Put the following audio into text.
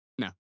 No